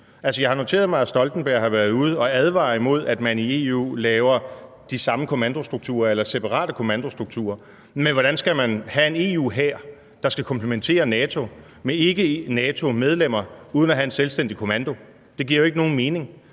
Jeg har noteret mig, at Stoltenberg har været ude og advare imod, at man i EU laver de samme separate kommandostrukturer, men hvordan skal man have en EU-hær, der skal komplementere NATO-medlemmer med ikke NATO-medlemmer, uden at have en selvstændig kommando? Det giver jo ikke nogen mening.